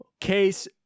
Case